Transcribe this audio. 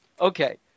Okay